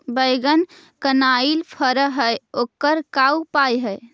बैगन कनाइल फर है ओकर का उपाय है?